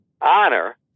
honor